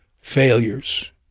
failures